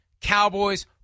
Cowboys